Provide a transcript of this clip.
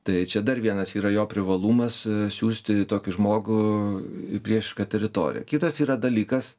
tai čia dar vienas yra jo privalumas siųsti tokį žmogų į priešišką teritoriją kitas yra dalykas